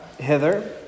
hither